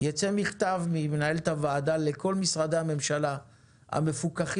יצא מכתב ממנהלת הוועדה לכל משרדי הממשלה המפוקחים